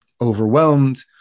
overwhelmed